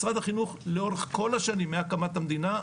משרד החינוך לאורך כל השנים מהקמת המדינה,